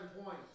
points